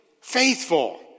faithful